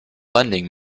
lending